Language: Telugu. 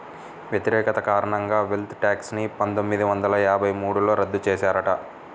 వ్యతిరేకత కారణంగా వెల్త్ ట్యాక్స్ ని పందొమ్మిది వందల యాభై మూడులో రద్దు చేశారట